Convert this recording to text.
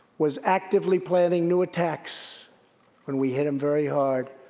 was actively planning new attacks when we hit him very hard.